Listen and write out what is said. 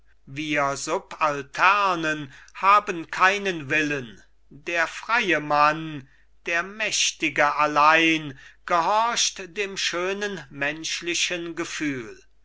wir subalternen haben keinen willen der freie mann der mächtige allein gehorcht dem schönen menschlichen gefühl